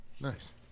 Nice